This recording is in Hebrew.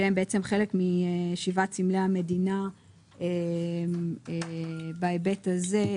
שהם בעצם חלק משבעת סמלי המדינה בהיבט הזה,